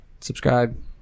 Subscribe